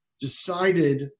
decided